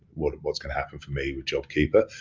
what's gonna happen for me with jobkeeper?